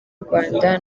rwanda